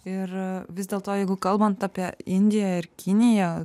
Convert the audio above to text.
ir vis dėlto jeigu kalbant apie indiją ir kiniją